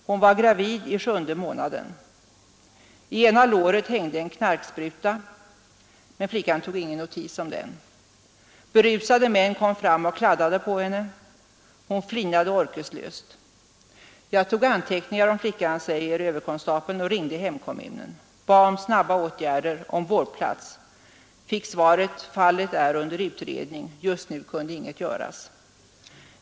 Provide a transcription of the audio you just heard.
Hon var gravid i sjunde månaden. I ena låret hängde en knarkspruta, men flickan tog ingen notis om den. Berusade män kom fram och kladdade på henne. Hon flinade orkeslöst. Jag tog anteckningar om flickan, säger överkonstapeln, och ringde hemkommunen, bad om snabba åtgärder och om vårdplats. Fick svaret: Fallet är under utredning Just nu kunde inget göras.